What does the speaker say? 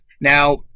Now